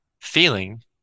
feeling